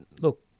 look